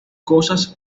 cosas